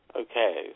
Okay